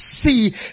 see